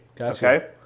okay